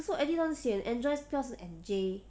可是我 edit 到很 sian eh enjoy spell 成 aenjay